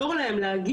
בין אם זה מקוון,